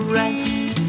rest